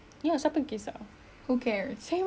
a'ah ada macam-macam baru makan